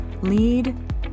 lead